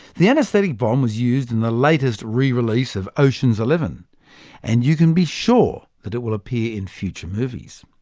the anaesthetic bomb was used in the latest release of ocean's eleven and you can be sure that it will appear in future movies.